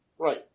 Right